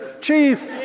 Chief